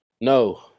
No